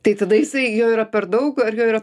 tai tada jisai jo yra per daug ar jo yra